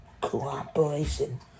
cooperation